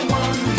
one